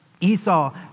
Esau